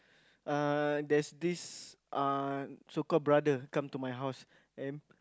uh there's this uh so called brother come to my house and